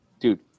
dude